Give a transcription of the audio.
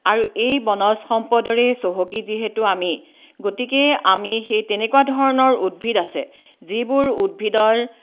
আৰু এই বনজ সম্পদৰেই চহকী যিহেতু আমি গতিকে আমি সেই তেনেকুৱা ধৰণৰ উদ্ভিদ আছে যিবোৰ উদ্ভিদৰ